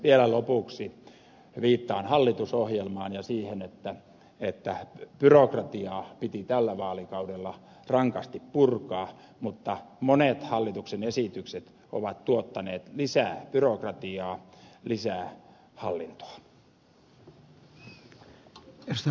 vielä lopuksi viittaan hallitusohjelmaan ja siihen että byrokratiaa piti tällä vaalikaudella rankasti purkaa mutta monet hallituksen esitykset ovat tuottaneet lisää byrokratiaa lisää hallintoa